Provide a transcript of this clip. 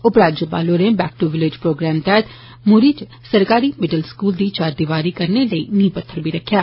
उप राज्यपाल होरें बैक टू विलेज प्रौग्राम तैहत मुरी इच सरकारी मिडल स्कूल दी चार दिवारी करने लेई नीह पत्थर रक्खेया